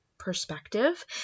Perspective